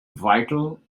vital